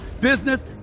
business